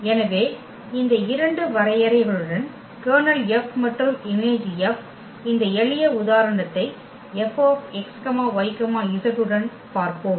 எனவே இந்த 2 வரையறைகளுடன் Ker F மற்றும் Im F இந்த எளிய உதாரணத்தை Fx y z உடன் பார்ப்போம்